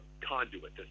conduit